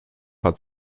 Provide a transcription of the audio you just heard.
hat